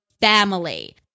family